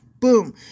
Boom